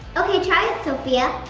okay, try it sophia.